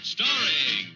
Starring